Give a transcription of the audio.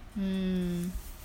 mm